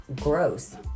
gross